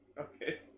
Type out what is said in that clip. Okay